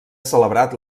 celebrat